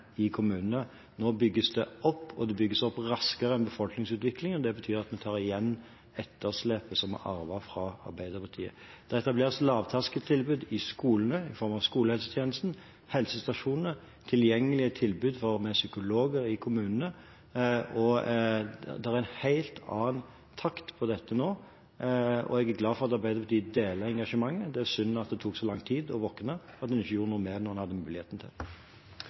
i kommunene. Nå bygges det opp, og det bygges opp raskere enn befolkningsutviklingen. Det betyr at vi tar igjen etterslepet som vi arvet fra Arbeiderpartiet. Det etableres lavterskeltilbud i skolene i form av skolehelsetjenesten, helsestasjonene, tilgjengelige tilbud om psykolog i kommunene. Det er en helt annen takt på dette nå, og jeg er glad for at Arbeiderpartiet deler engasjementet. Det er synd at det tok så lang tid å våkne, og at en ikke gjorde noe med det da en hadde muligheten til